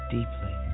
Deeply